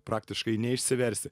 praktiškai neišsiversi